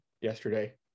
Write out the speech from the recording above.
yesterday